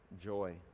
joy